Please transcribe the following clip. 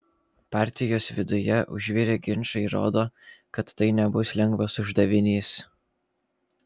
partijos viduje užvirę ginčai rodo kad tai nebus lengvas uždavinys